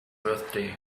birthday